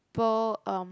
~ple um